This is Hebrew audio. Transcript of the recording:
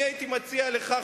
אני הייתי מציע לך,